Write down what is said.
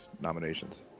nominations